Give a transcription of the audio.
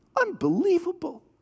unbelievable